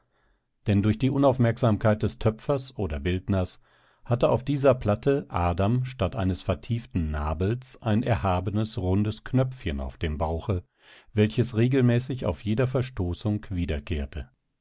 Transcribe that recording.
denn durch die unaufmerksamkeit des töpfers oder bildners hatte auf dieser platte adam statt eines vertieften nabels ein erhabenes rundes knöpfchen auf dem bauche welches regelmäßig auf jeder verstoßung wiederkehrte